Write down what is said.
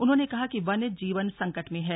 उन्होंने कहा कि वन्य जीवन संकट में है